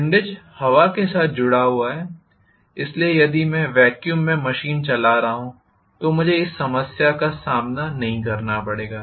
windage हवा के साथ जुड़ा हुआ है इसलिए यदि मैं वॅक्यूम में मशीन चला रहा हूं तो मुझे इस समस्या का सामना नहीं करना पड़ेगा